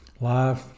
life